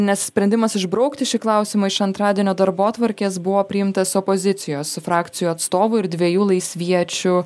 nes sprendimas išbraukti šį klausimą iš antradienio darbotvarkės buvo priimtas opozicijos frakcijų atstovų ir dviejų laisviečių